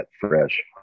fresh